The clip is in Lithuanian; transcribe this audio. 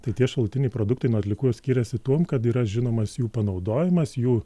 tai tie šalutiniai produktai nuo atliekų skiriasi tuom kad yra žinomas jų panaudojimas jų